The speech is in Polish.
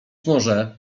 może